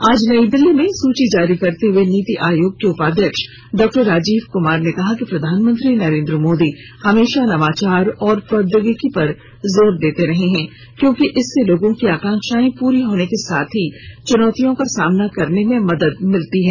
आज नई दिल्ली में सूची जारी करते हुए नीति आयोग के उपाध्यक्ष डॉक्टर राजीव कुमार ने कहा कि प्रधानमंत्री नरेन्द्र मोदी हमेशा नवाचार और प्रौदयोगिकी पर जोर देते रहे हैं क्योंकि इससे लोगों की अकांक्षाएं पूरी होने के साथ ही चुनौतियों का सामना करने में मदद मिलती है